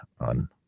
on